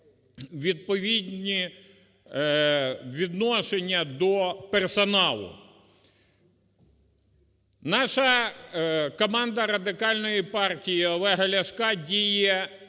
відповідні відношення до персоналу. Наша команда Радикальної партії Олега Ляшка діє